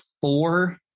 four